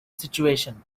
situation